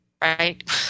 Right